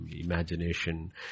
imagination